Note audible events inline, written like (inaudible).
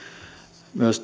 myös (unintelligible)